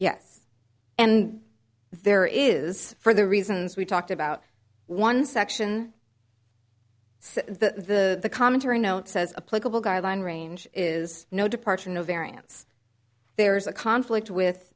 yes and there is for the reasons we talked about one section the commentary note says a political guideline range is no departure no variance there's a conflict with